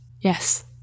Yes